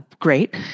Great